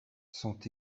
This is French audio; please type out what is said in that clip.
sont